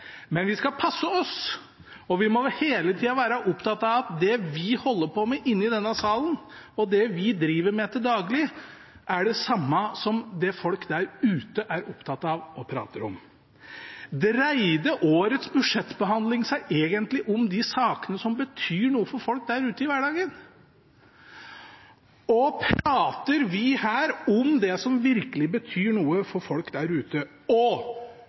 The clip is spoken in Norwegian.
Men vi skal passe oss, og vi må hele tida være opptatt av at det vi holder på med inne i denne salen, og at det vi driver med til daglig, er det samme som det folk der ute er opptatt av og prater om. Dreide årets budsjettbehandling seg egentlig om de sakene som betyr noe for folk der ute, i hverdagen? Prater vi her om det som virkelig betyr noe for folk der ute? Skjønner de hva det prates om i denne salen? Og